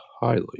highly